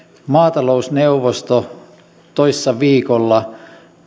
maatalousneuvosto toissa viikolla